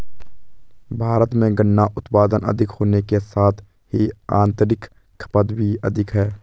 भारत में गन्ना उत्पादन अधिक होने के साथ ही आतंरिक खपत भी अधिक है